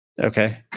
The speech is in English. Okay